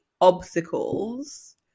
obstacles